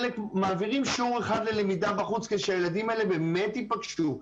מעבירים שיעור אחד ללמידה בחוץ כשהילדים האלה באמת ייפגשו,